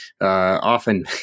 Often